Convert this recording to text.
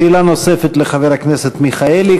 שאלה נוספת לחבר הכנסת מיכאלי.